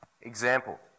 Example